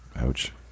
Ouch